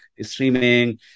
streaming